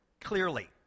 Clearly